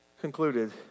concluded